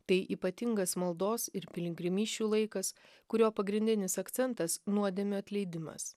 tai ypatingas maldos ir piligrimysčių laikas kurio pagrindinis akcentas nuodėmių atleidimas